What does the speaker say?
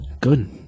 Good